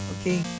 okay